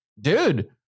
Dude